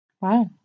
Wow